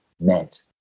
meant